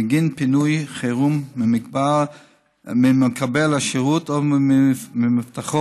בגין פינוי חירום ממקבל השירות או ממבטחו,